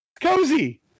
cozy